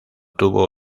tuvo